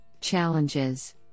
Challenges